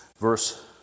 verse